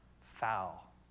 foul